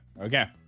Okay